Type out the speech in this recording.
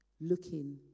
looking